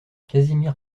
casimir